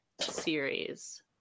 series